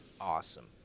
awesome